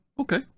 Okay